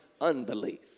unbelief